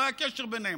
לא היה קשר ביניהם.